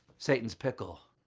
satan's pickle.